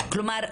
כלומר,